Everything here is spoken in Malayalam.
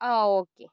ആ ഓക്കെ